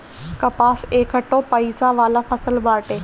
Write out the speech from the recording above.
कपास एकठो पइसा वाला फसल बाटे